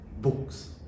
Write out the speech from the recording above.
books